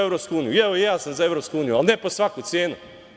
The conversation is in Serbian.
Evo, i ja sam za EU, ali ne po svaku cenu.